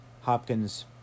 Hopkins